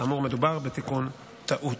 כאמור, מדובר בתיקון טעות.